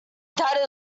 that